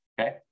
Okay